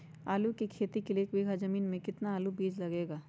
आलू की खेती के लिए एक बीघा जमीन में कितना आलू का बीज लगेगा?